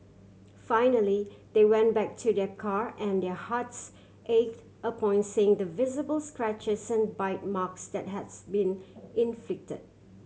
finally they went back to their car and their hearts ached upon seeing the visible scratches bite marks that has been inflict